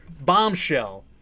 Bombshell